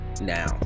now